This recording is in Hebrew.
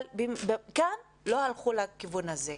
אבל כאן לא הלכו לכיוון הזה.